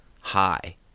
high